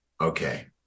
okay